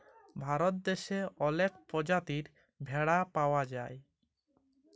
ভারত দ্যাশে অলেক পজাতির ভেড়া পাউয়া যায়